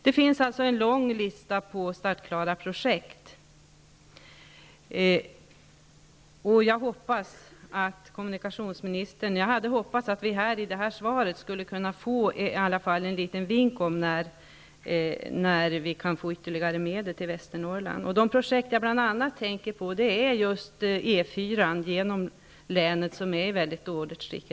Det finns alltså en lång lista med startklara projekt, och jag hade hoppats att vi i svaret skulle kunna få i varje fall en liten vink om när vi kan få ytterligare medel till Västernorrland. Jag tänker då bl.a. på E 4-an genom länet, som är i mycket dåligt skick.